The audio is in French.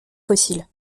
fossile